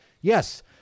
yes